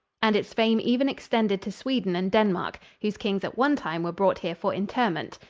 and its fame even extended to sweden and denmark, whose kings at one time were brought here for interment.